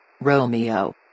Romeo